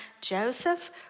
Joseph